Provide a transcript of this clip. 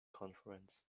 conference